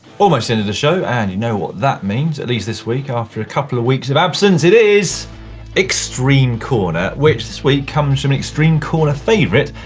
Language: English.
end of the show and you know what that means, at least this week after a couple of weeks of absence, it is extreme corner which this week comes from an extreme corner favorite,